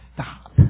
stop